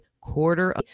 quarter